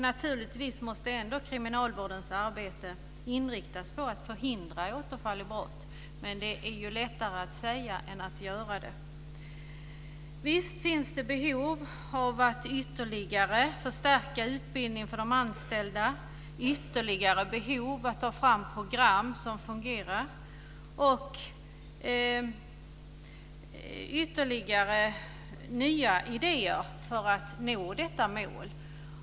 Naturligtvis måste ändå kriminalvårdens arbete inriktas på att förhindra återfall i brott, men det är lättare att säga än att göra det. Visst finns det behov av att ytterligare förstärka utbildningen för de anställda. Det finns ytterligare behov av att ta fram program som fungerar, och det behövs ytterligare nya idéer för att nå detta mål.